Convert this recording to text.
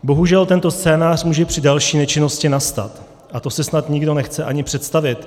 Bohužel tento scénář může při další nečinnosti nastat a to si snad nikdo nechce ani představit.